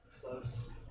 Close